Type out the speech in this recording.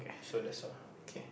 so that's all